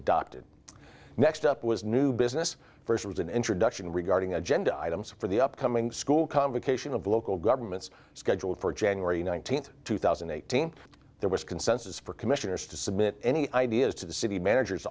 adopted the next up was new business first was an introduction regarding agenda items for the upcoming school convocation of local governments scheduled for january nineteenth two thousand and eighteen there was consensus for commissioners to submit any ideas to the city managers